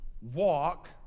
walk